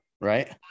Right